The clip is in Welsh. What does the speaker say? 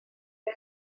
ben